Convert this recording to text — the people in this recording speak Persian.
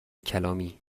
کلامی